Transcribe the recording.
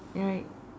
right